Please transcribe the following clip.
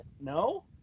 No